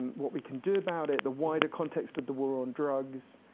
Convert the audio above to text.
what we can do about it, the wider context of the war on drugs.